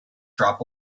drop